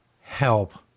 help